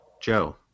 Joe